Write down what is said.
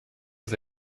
was